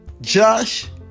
Josh